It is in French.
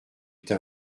tint